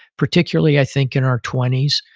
particularly i think in our twenty s.